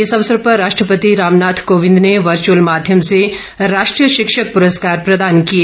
इस अवसर पर राष्ट्रपति रामनाथ कोविंद ने वर्च्रअल माध्यम से राष्ट्रीय शिक्षक प्रस्कार प्रदान किए